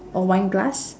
or wine glass